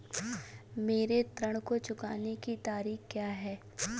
मेरे ऋण को चुकाने की तारीख़ क्या है?